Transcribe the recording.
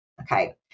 okay